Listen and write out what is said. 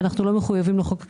ואנחנו לא מחויבים לחוק הקייטנות,